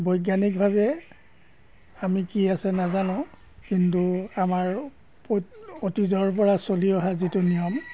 বৈজ্ঞানিকভাৱে আমি কি আছে নাজানো কিন্তু আমাৰ ঐ অতীজৰ পৰা চলি অহা যিটো নিয়ম